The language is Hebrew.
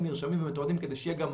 יש דברים שטכנולוגית כבר